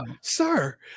sir